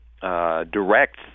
direct